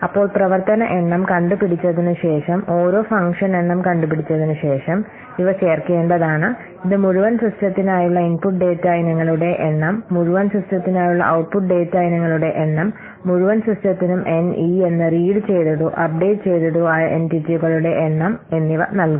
അപ്പോൾ പ്രവർത്തന എണ്ണം കണ്ടുപിടിച്ചതിനു ശേഷം ഓരോ ഫങ്ഷൻ എണ്ണം കണ്ടുപിടിച്ചതിനു ശേഷം ഇവ ചേർക്കേണ്ടതാണ് ഇത് മുഴുവൻ സിസ്റ്റത്തിനായുള്ള ഇൻപുട്ട് ഡാറ്റ ഇനങ്ങളുടെ എണ്ണം മുഴുവൻ സിസ്റ്റത്തിനായുള്ള ഔട്ട്പുട്ട് ഡാറ്റ ഇനങ്ങളുടെ എണ്ണം മുഴുവൻ സിസ്റ്റത്തിനും N e എന്ന് റീഡ് ചെയ്തതോ അപ്ഡേറ്റു ചെയ്തതോ ആയ എന്റിറ്റികളുടെ എണ്ണം എന്നിവ നൽകും